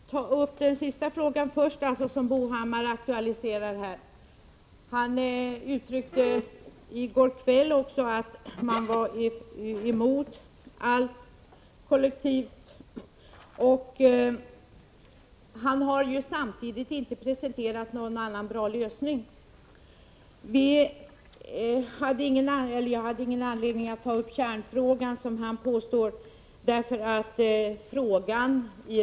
Herr talman! Jag vill ta upp den senaste frågan först, alltså den som Bo Hammar aktualiserade. Han uttalade också i går kväll att han är emot all kollektiv anslutning, men han har ju samtidigt inte presenterat någon annan bra lösning. Jag hade ingen anledning att ta upp det som Bo Hammar påstår vara kärnfrågan.